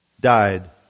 died